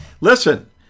listen